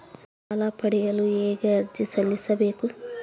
ಸಾಲ ಪಡೆಯಲು ಹೇಗೆ ಅರ್ಜಿ ಸಲ್ಲಿಸಬೇಕು?